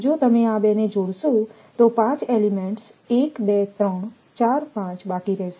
જો તમે આ બેને જોડશો તો 5 એલિમેન્ટસ 12345 બાકી રહેશે